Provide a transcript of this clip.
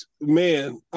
Man